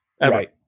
Right